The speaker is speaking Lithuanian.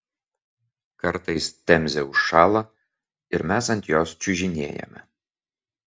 kartais temzė užšąla ir mes ant jos čiužinėjame